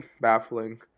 baffling